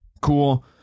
cool